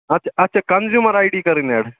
اَتھ چھا اَتھ چھا کنٛزوٗمر آے ڈی کَرٕنۍ ایڈ